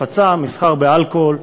הפצה ומסחר באלכוהול.